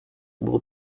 will